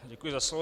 Děkuji za slovo.